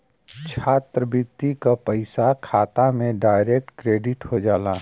छात्रवृत्ति क पइसा खाता में डायरेक्ट क्रेडिट हो जाला